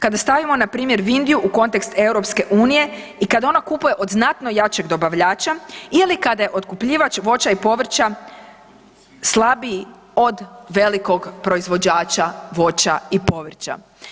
Kada stavimo npr. Vidniju u kontekst EU i kad ona kupuje od znatno jačeg dobavljača ili kada je otkupljivač voća i povrća slabiji od velikog proizvođača voća i povrća.